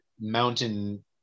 mountain